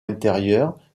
intérieures